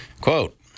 Quote